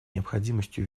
необходимостью